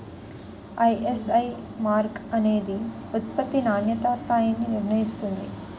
ISI mark అనేది ఉత్పత్తి నాణ్యతా స్థాయిని నిర్ణయిస్తుంది